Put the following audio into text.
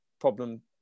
problem